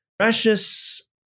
Precious